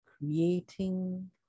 Creating